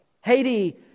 Haiti